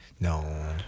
No